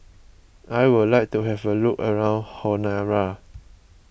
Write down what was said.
I would like to have a look around Honiara